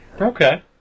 Okay